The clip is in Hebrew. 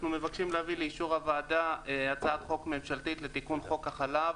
אנחנו מבקשים להביא לאישור הוועדה הצעת חוק ממשלתית לתיקון חוק החלב